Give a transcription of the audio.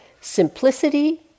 simplicity